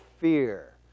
fear